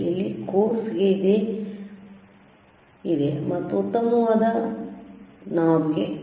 ಇಲ್ಲಿ ಕೋರ್ಸ್ ಇದೆ ಮತ್ತು ಉತ್ತಮವಾದ ನಾಬ್ಗಳಿವೆ